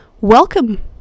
Welcome